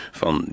van